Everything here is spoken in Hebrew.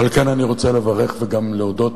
ועל כן אני רוצה לברך, וגם להודות,